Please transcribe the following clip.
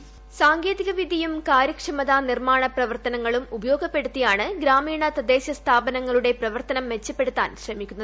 voice സാങ്കേതികവിദ്യയും കാര്യക്ഷമത നിർമ്മാണ പ്രവർത്തനങ്ങളും ഉപയോഗപ്പെടുത്തിയാണ് ഗ്രാമീണ തദ്ദേശ സ്ഥാപനങ്ങളുടെ പ്രവർത്തനം മെച്ചപ്പെടുത്താ്ൻ ശ്രമിക്കുന്നത്